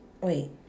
Wait